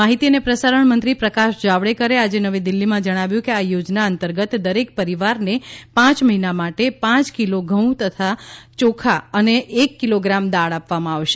માહિતી અને પ્રસારણ મંત્રી પ્રકાશ જાવડેકરે આજે નવી દિલ્ફીમાં જણાવ્યું કે આ યોજના અંતર્ગત દરેક પરિવારને પાંચ મહિના માટે પાંચ કિલો ઘઉં અથવા યોખા અને એક કિલોગ્રામ દાળ આપવામાં આવશે